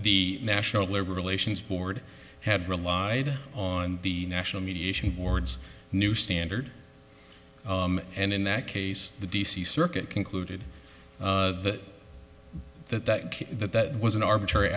the national labor relations board had relied on the national mediation board's new standard and in that case the d c circuit concluded that that case that that was an arbitrary